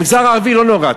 במגזר הערבי היא לא נוגעת,